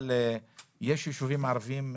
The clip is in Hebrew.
אבל יש יישובים ערביים,